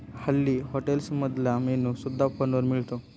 हल्ली हॉटेल्समधला मेन्यू सुद्धा फोनवर मिळतो